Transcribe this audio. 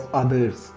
others